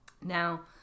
Now